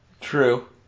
true